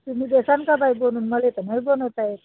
तुम्ही देसान का बाई बनवून मला तर नाही बनवता येत